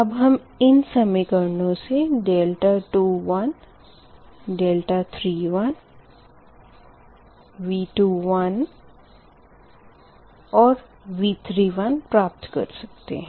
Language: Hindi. अब हम इन समीकरणों से 2 3 V2 and V3 प्राप्त कर सकते है